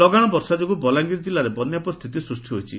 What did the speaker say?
ଲଗାଣ ବର୍ଷା ଯୋଗୁଁ ବଲାଙ୍ଗିର ଜିଲ୍ଲାରେ ବନ୍ୟା ପରିସ୍ଥିତି ସୃଷ୍ଣି ହୋଇଛି